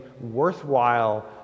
worthwhile